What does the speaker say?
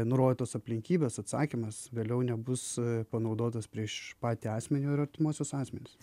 nurodytos aplinkybės atsakymas vėliau nebus panaudotas prieš patį asmenį ir artimuosius asmenis